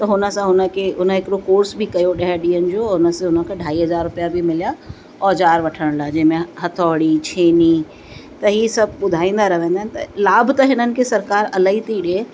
त हुन सां हुनखे हुन हिकिड़ो कोर्स बि कयो ॾह ॾींहंनि जो और उनस हुनखे अढाई हज़ार रुपया बि मिलिया औज़ार वठण लाइ जंहिं में हथौड़ी छैनी त ही सभु ॿुधाईंदा रहंदा आहिनि त लाभ त हिननि खे सरकारि इलाही थी ॾिए